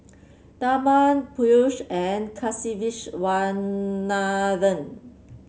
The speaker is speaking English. Tharman Peyush and Kasiviswanathan